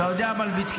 מלביצקי,